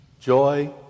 joy